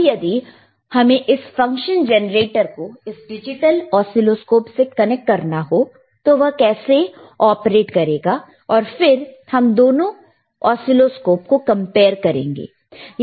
अब यदि हमें इस फंक्शन जेनरेटर को इस डिजिटल ऑसीलोस्कोप से कनेक्ट करना हो तो वह कैसे ऑपरेट करेगा और फिर हम दोनों ऑसीलोस्कोपस को कंपेयर करेंगे